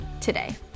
today